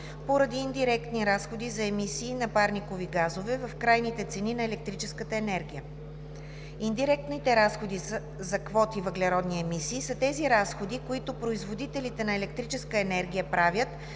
поради индиректни разходи за емисии на парникови газове в крайните цени на електрическата енергия. Индиректните разходи за квоти въглеродни емисии са тези разходи, които производителите на електрическа енергия правят